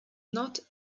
not